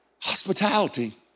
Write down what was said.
hospitality